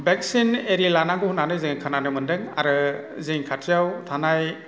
vaccine इरि लानांगौ होननानै जोङो खोनानो मोन्दों आरो जोंनि खाथियाव थानाय